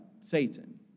Satan